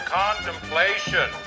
contemplation